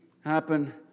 happen